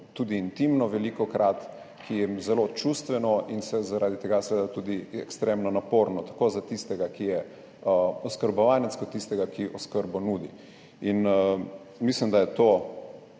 tudi intimno, ki je zelo čustveno in zaradi tega seveda tudi ekstremno naporno, tako za tistega, ki je oskrbovanec, kot tistega, ki oskrbo nudi. Mislim, da so to